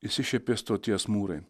išsišiepė stoties mūrai